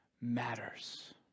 matters